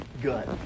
good